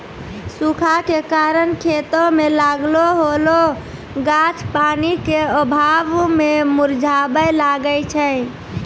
सूखा के कारण खेतो मे लागलो होलो गाछ पानी के अभाव मे मुरझाबै लागै छै